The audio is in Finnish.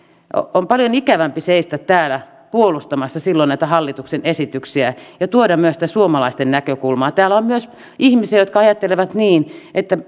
on paljon ikävämpi seistä täällä puolustamassa silloin näitä hallituksen esityksiä ja tuoda myös sitä suomalaisten näkökulmaa täällä on myös ihmisiä jotka ajattelevat niin että